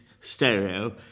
stereo